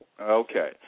Okay